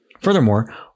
Furthermore